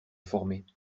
former